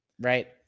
right